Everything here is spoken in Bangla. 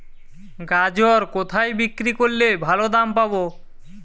গাজর কোথায় বিক্রি করলে ভালো দাম পাব?